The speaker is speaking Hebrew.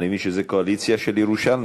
אני מבין שזו קואליציה של ירושלמים.